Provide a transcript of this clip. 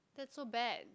that's so bad